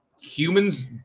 humans